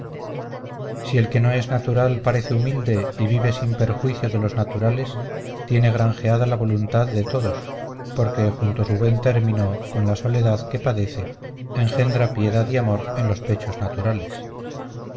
si el que no es natural parece humilde y vive sin perjuicio de los naturales tiene granjeada la voluntad de todos porque junto su buen término con la soledad que padece engendra piedad y amor en los pechos naturales